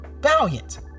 valiant